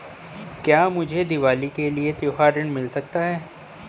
क्या मुझे दीवाली के लिए त्यौहारी ऋण मिल सकता है?